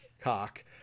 cock